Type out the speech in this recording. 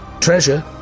treasure